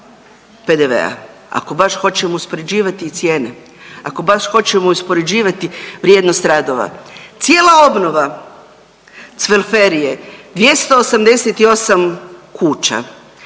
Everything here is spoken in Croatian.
PDV-a, ako baš hoćemo uspoređivati i cijene, ako baš hoćemo uspoređivati vrijednost radova. Cijela obnova Cvelferije 288 kuća,